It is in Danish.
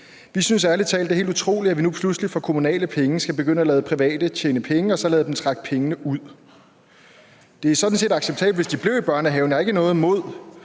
vi synes ærlig talt, at det er helt utroligt, at vi nu pludselig for kommunale penge skal begynde at lade private tjene penge og så lade dem trække pengene ud. Det var sådan set helt acceptabelt, hvis de blev i børnehaven. Jeg har ikke noget imod